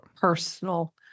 personal